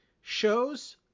shows